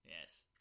Yes